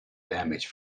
damage